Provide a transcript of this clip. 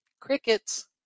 crickets